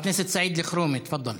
חבר הכנסת סעיד אלחרומי, תפדל.